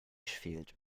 fehlt